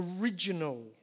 original